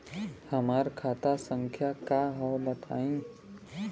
हमार खाता संख्या का हव बताई?